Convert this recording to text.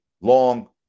long